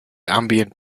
ambient